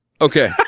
Okay